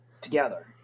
together